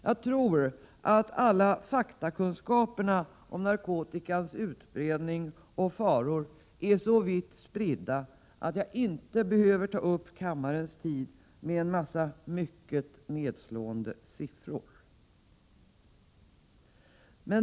Jag tror att alla faktakunskaper om narkotikans utbredning och faror är så vitt spridda att jag inte behöver ta upp kammarens tid med en mängd mycket nedslående siffror.